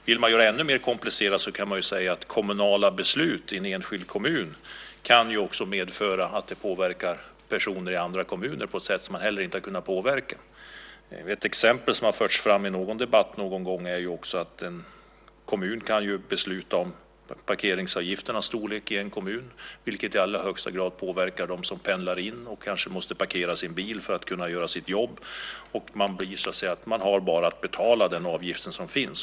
Vill man göra det ännu mer komplicerat kan man ju säga att kommunala beslut i enskild kommun också kan påverka personer i andra kommuner på ett sätt som dessa inte har kunnat påverka. Ett exempel som har förts fram i någon debatt någon gång är att en kommun kan besluta om parkeringsavgifternas storlek, något som i alla högsta grad påverkar dem som pendlar in och kanske måste parkera sin bil för att kunna göra sitt jobb. Man har bara att betala den avgift som finns.